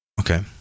Okay